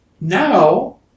Now